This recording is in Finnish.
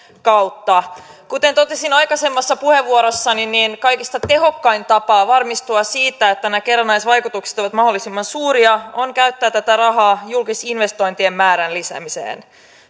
kautta kuten totesin aikaisemmassa puheenvuorossani niin kaikista tehokkain tapa varmistua siitä että nämä kerrannaisvaikutukset ovat mahdollisimman suuria on käyttää tätä rahaa julkisinvestointien määrän lisäämiseen